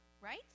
right